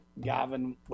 Gavin